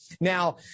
Now